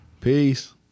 Peace